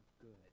good